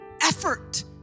effort